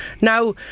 Now